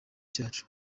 cyacu